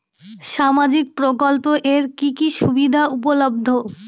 সামাজিক প্রকল্প এর কি কি সুবিধা উপলব্ধ?